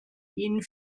ihn